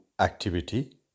activity